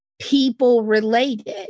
people-related